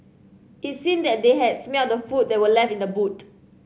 it seemed that they had smelt the food that were left in the boot